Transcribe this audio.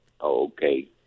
Okay